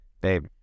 babe